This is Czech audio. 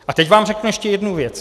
A teď vám řeknu ještě jednu věc.